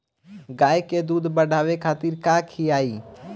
गाय के दूध बढ़ावे खातिर का खियायिं?